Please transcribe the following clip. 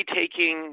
taking